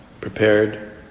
prepared